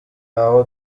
aho